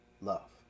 Love